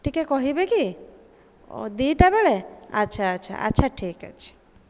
ଟିକିଏ କହିବେ କି ଓ ଦୁଇଟା ବେଳେ ଆଚ୍ଛା ଆଚ୍ଛା ଆଚ୍ଛା ଠିକ୍ଅଛି